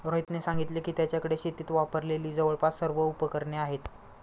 रोहितने सांगितले की, त्याच्याकडे शेतीत वापरलेली जवळपास सर्व उपकरणे आहेत